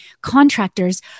contractors